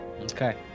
okay